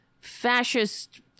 fascist